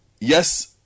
yes